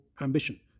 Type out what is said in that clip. ambition